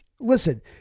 listen